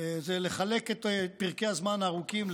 היא לחלק את פרקי הזמן הארוכים,